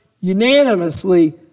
unanimously